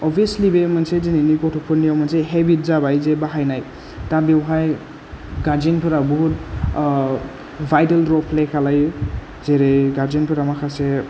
अबभियेसलि बे मोनसे दिनैनि गथ'फोरनियाव मोनसे हेबिट जाबाय जे बाहायनाय दा बेवहाय गार्जेनफोरा बहुद भायटेल रल प्ले खालायो जेरै गार्जनफोरा माखासे